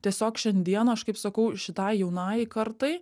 tiesiog šiandien aš kaip sakau šitai jaunajai kartai